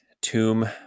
tomb